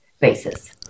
basis